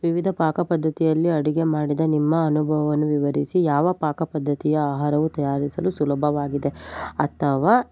ವಿವಿಧ ಪಾಕ ಪದ್ಧತಿಯಲ್ಲಿ ಅಡುಗೆ ಮಾಡಿದ ನಿಮ್ಮ ಅನುಭವವನ್ನು ವಿವರಿಸಿ ಯಾವ ಪಾಕಪದ್ಧತಿಯ ಆಹಾರವು ತಯಾರಿಸಲು ಸುಲಭವಾಗಿದೆ ಅಥವಾ